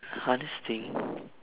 hardest thing